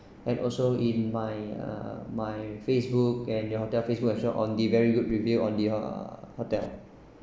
and also in my uh my Facebook and your hotel Facebook as well on the very good review on the ah hotel